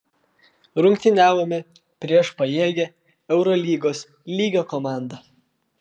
rungtyniavome prieš pajėgią eurolygos lygio komandą